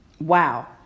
wow